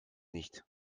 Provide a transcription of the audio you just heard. nicht